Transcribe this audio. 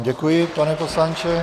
Děkuji vám, pane poslanče.